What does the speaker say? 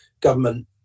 government